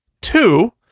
Two